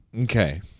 Okay